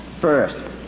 first